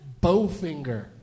Bowfinger